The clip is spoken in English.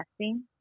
testing